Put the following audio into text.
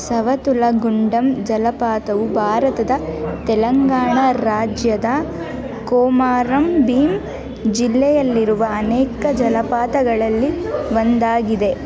ಸವತುಲ ಗುಂಡಮ್ ಜಲಪಾತವು ಭಾರತದ ತೆಲಂಗಾಣ ರಾಜ್ಯದ ಕೋಮರಮ್ ಭೀಮ್ ಜಿಲ್ಲೆಯಲ್ಲಿರುವ ಅನೇಕ ಜಲಪಾತಗಳಲ್ಲಿ ಒಂದಾಗಿದೆ